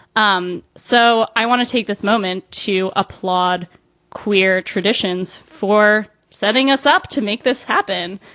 um so i want to take this moment to applaud queer traditions for setting us up to make this happen.